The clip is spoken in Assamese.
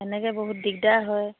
এনেকৈ বহুত দিগদাৰ হয়